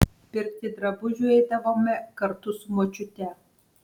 pirkti drabužių eidavome kartu su močiute